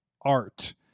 art